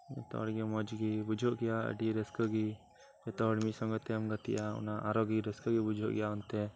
ᱡᱚᱛᱚ ᱦᱚᱲ ᱜᱮ ᱢᱚᱸᱡᱽ ᱜᱮ ᱵᱩᱡᱷᱟᱹᱜ ᱜᱮᱭᱟ ᱟᱹᱰᱤ ᱨᱟᱹᱥᱠᱟᱹᱜᱮ ᱡᱚᱛᱚ ᱦᱚᱲ ᱢᱤᱫ ᱥᱟᱝᱜᱮᱛᱮᱢ ᱜᱟᱛᱮᱜᱼᱟ ᱚᱱᱟ ᱟᱨᱚ ᱜᱮ ᱨᱟᱹᱥᱠᱟᱹ ᱜᱮ ᱵᱩᱡᱷᱟᱹᱜ ᱜᱮᱭᱟ ᱚᱱᱛᱮ